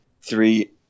three